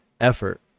effort